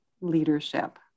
leadership